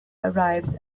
arrived